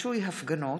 הוראת שעה),